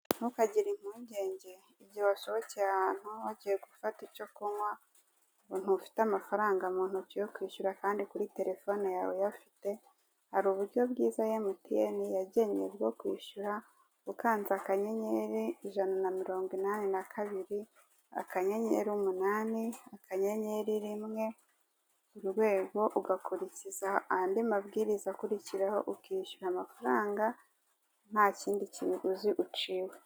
Ntukagire impungenge igihe wasohokeye ahantu wagiye gufata icyo kunywa, ngo ntufite amafaranga mu ntoki yo kwishyura kandi kuri telefone yawe uyafite, hari uburyo bwiza MTN yagennye bwo kwishyura, ukanze akanyenyeri, ijana na mirongo inani na kabiri, akanyenyeri, umunani, akanyenyeri, rimwe, urwego, ugakurikiza andi mabwiriza akurikiraho, ukishyura amafaranga nta kindi kiguzi uciwe.